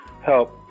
help